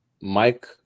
Mike